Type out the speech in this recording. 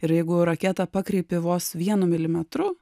ir jeigu raketą pakreipi vos vienu milimetru